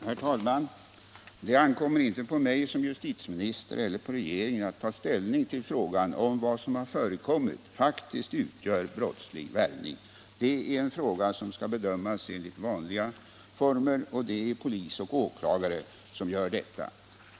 Herr talman! Det ankommer inte på mig som justitieminister eller på regeringen att ta ställning till frågan, om vad som har förekommit faktiskt utgör brottslig värvning. Det är en fråga som skall bedömas enligt vanliga former, och det är polis och åklagare som gör detta.